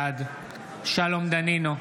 בעד שלום דנינו,